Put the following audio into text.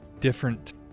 different